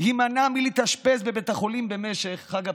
יימנע מלהתאשפז בבית החולים במשך חג הפסח.